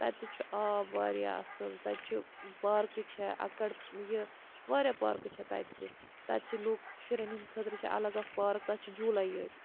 تَتہِ تہِ چھُ آب واریاہ اَصٕل تَتہِ چھُ پارکہٕ چھےٚ اَکڑ یہِ واریاہ پارکہٕ چھےٚ تَتہِ تہِ تَتہِ چھِ لُکھ شُرٮ۪ن ہِنٛدۍ خٲطرٕ چھِ الگ اَکھ پارک تَتہِ چھِ جوٗلَے یٲتۍ